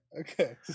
Okay